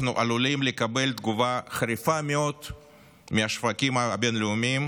אנחנו עלולים לקבל תגובה חריפה מאוד מהשווקים הבין-לאומיים